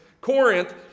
Corinth